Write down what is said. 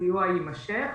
הסיוע יימשך